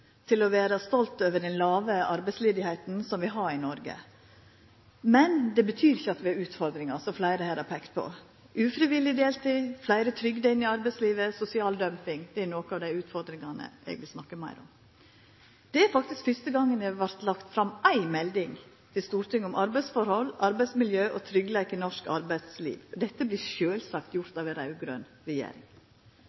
til å vera stolt over den låge arbeidsløysa som vi har i Noreg. Men det betyr ikkje at vi ikkje har utfordringar, som fleire her har peika på – ufrivillig deltid, fleire trygda inn i arbeidslivet og sosial dumping er nokre av utfordringane eg vil snakka meir om. Det er faktisk første gong det vert lagt fram ei melding til Stortinget om arbeidsforhold, arbeidsmiljø og tryggleik i norsk arbeidsliv. Dette vert sjølvsagt gjort